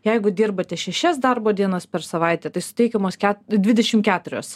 jeigu dirbate šešias darbo dienas per savaitę tai suteikiamos dvidešim keturios